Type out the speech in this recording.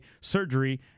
surgery